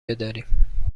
بداریم